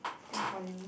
think for you